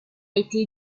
été